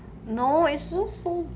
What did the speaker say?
no is so so